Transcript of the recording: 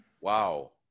wow